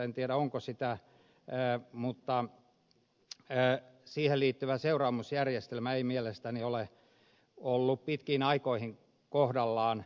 en tiedä onko sitä mutta siihen liittyvä seuraamusjärjestelmä ei mielestäni ole ollut pitkiin aikoihin kohdallaan